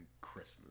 Christmas